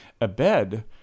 Abed